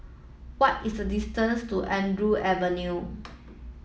what is the distance to Andrew Avenue